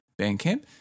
Bandcamp